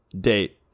date